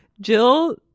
Jill